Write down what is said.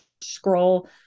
scroll